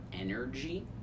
energy